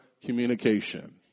communication